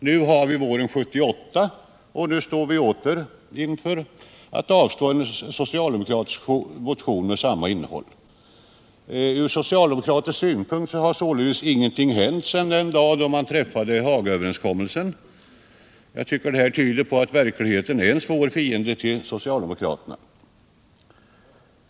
Nu har vi våren 1978, och nu står vi åter inför ett beslut om att avslå en socialdemokratisk motion med samma innehåll. Från socialdemokratiska synpunkt har ingenting hänt sedan den dag då man träffade Hagaöverenskommelsen. Jag tycker att detta tyder på att verkligheten är en svår fiende till socialdemokraterna.